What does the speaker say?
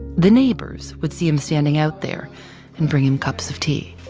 the neighbors would see him standing out there and bring him cups of tea